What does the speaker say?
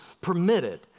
permitted